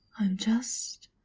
i'm just